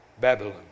Babylon